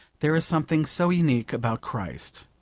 there is something so unique about christ.